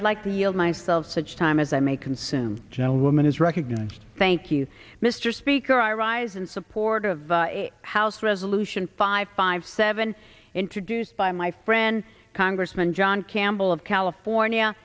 i'd like to yield myself such time as i may consume gentleman is recognized thank you mr speaker i rise in support of the house resolution five five seven introduced by my friend congressman john campbell of california